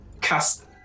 cast